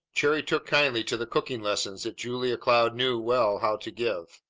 cherry took kindly to the cooking-lessons that julia cloud knew well how to give.